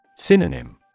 Synonym